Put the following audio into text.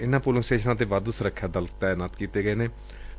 ਇਨ੍ਹਾਂ ਪੋਲਿੰਗ ਸਟੇਸ਼ਨਾਂ ਤੇ ਵਾਧੂ ਸੁਰੱਖਿਆ ਬਲ ਤਾਇਨਾਤ ਕੀਤੇ ਗਏ ਨੇ ਗਏ ਨੇ